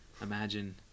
imagine